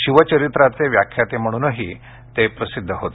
शिवचरित्राचे व्याख्याते म्हणूनही ते प्रसिद्ध होते